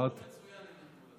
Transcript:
שיעור מצוין הם נתנו לנו.